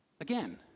again